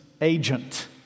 agent